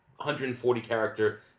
140-character